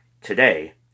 today